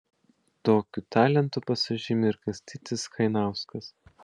tokiu talentu pasižymi ir kastytis chainauskas